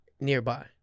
Nearby